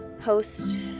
post